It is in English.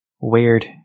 weird